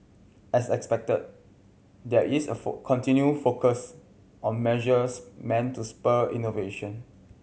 as expected there is a continued focus on measures meant to spur innovation